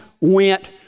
went